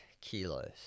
kilos